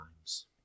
times